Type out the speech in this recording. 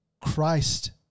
christ